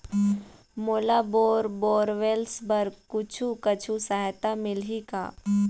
मोला bore borewells बर कुछू कछु सहायता मिलही का?